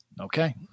Okay